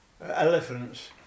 elephants